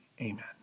amen